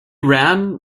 ran